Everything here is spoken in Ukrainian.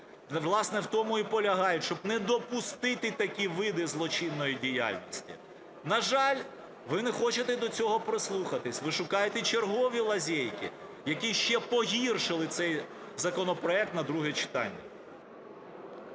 власне, в тому і полягають, щоб не допустити такі види злочинної діяльності. На жаль, ви не хочете до цього прислухатися. Ви шукаєте чергові лазейки, які ще погіршили цей законопроект на друге читання.